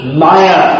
maya